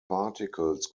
particles